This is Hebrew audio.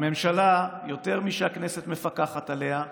הממשלה, יותר משהכנסת מפקחת עליה,